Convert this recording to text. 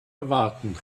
erwarten